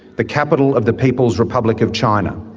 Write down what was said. the capital of the people's republic of china,